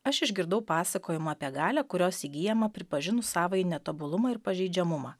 aš išgirdau pasakojimą apie galią kurios įgyjama pripažinus savąjį netobulumą ir pažeidžiamumą